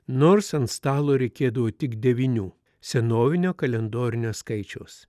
nors ant stalo reikėdavo tik devynių senovinio kalendorinio skaičiaus